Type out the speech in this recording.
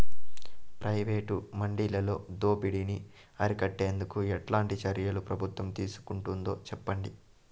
Private మండీలలో దోపిడీ ని అరికట్టేందుకు ఎట్లాంటి చర్యలు ప్రభుత్వం తీసుకుంటుందో చెప్పండి?